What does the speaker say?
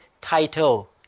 title